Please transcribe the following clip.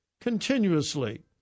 continuously